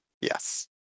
Yes